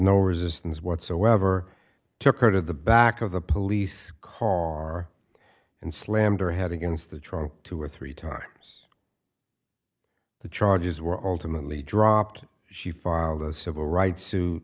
no resistance whatsoever took her to the back of the police car and slammed her head against the trunk two or three times the charges were ultimately dropped she filed a civil rights to